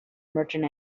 merchant